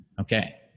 okay